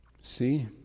See